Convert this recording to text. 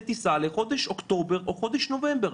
טיסה לחודש אוקטובר או חודש נובמבר?